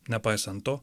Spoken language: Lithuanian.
nepaisant to